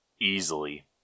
Easily